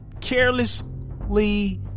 carelessly